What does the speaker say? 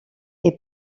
est